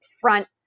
front